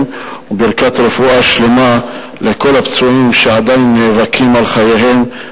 וברכת רפואה שלמה לכל הפצועים שעדיין נאבקים על חייהם,